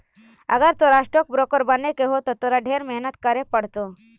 अगर तोरा stock broker बने के हो त तोरा ढेर मेहनत करे पड़तो